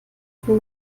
von